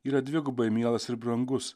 yra dvigubai mielas ir brangus